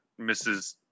Mrs